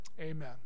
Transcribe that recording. Amen